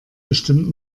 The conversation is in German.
bestimmt